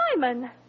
Simon